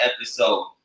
episode